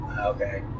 Okay